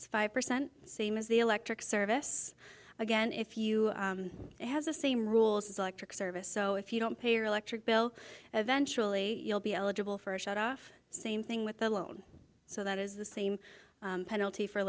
five percent same as the electric service again if you have the same rules as electric service so if you don't pay your electric bill eventually you'll be eligible for a shutoff same thing with the loan so that is the same penalty for